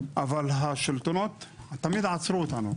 אבל השלטונות תמיד עצרו אותנו,